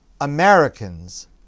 Americans